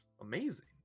amazing